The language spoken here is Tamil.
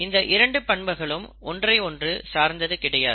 இந்த இரண்டு பண்புகளும் ஒன்றை ஒன்று சார்ந்தது கிடையாது